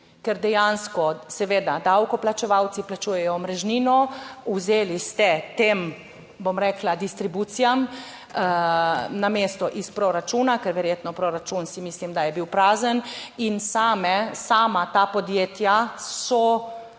ker dejansko seveda davkoplačevalci plačujejo omrežnin, vzeli ste tem, bom rekla distribucijam namesto iz proračuna, ker verjetno proračun si mislim, da je bil prazen in same, sama ta podjetja so